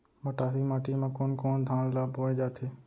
मटासी माटी मा कोन कोन धान ला बोये जाथे?